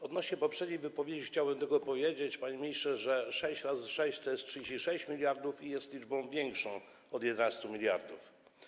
Odnośnie do poprzedniej wypowiedzi chciałem tylko powiedzieć, panie ministrze, że 6 razy 6 to jest 36 mld i jest to liczba większa od 11 mld.